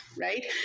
right